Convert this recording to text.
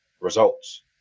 results